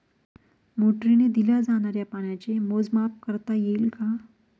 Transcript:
मोटरीने दिल्या जाणाऱ्या पाण्याचे मोजमाप करता येईल का?